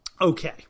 Okay